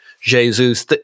Jesus